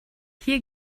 hier